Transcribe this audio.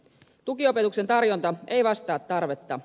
tukiopetuksen tarjonta ei vastaa tarvetta